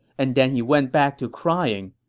and then he went back to crying.